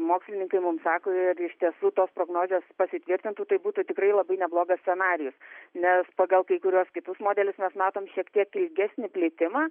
mokslininkai mums sako ir iš tiesų tos prognozės pasitvirtintų tai būtų tikrai labai neblogas scenarijus nes pagal kai kuriuos kitus modelius mes matome šiek tiek ilgesnį plitimą